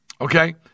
Okay